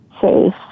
safe